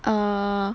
err